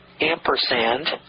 ampersand